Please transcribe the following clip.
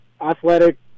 athletic